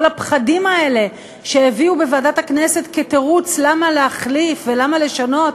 כל הפחדים האלה שהביאו בוועדת הכנסת כתירוץ למה להחליף ולמה לשנות,